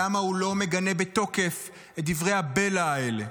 למה הוא לא מגנה בתוקף את דברי הבלע האלה?